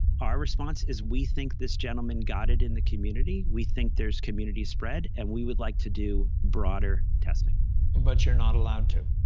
our response is we think this gentleman got it in the community. we think there's community spread, and we would like to do broader testing. smith but you're not allowed to.